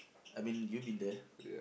I mean you've been there